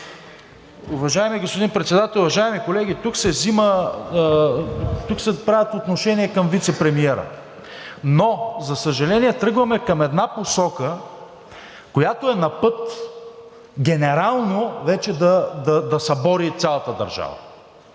Уважаеми господин Председател, уважаеми колеги! Тук се правят отношения към вицепремиера, но за съжаление, тръгваме към една посока, която е на път генерално вече да събори цялата държава.